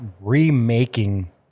remaking